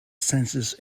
census